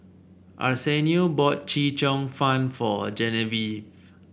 Arsenio bought Chee Cheong Fun for Genevieve